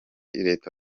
leta